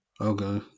Okay